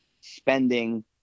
spending